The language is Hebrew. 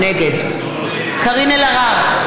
נגד קארין אלהרר,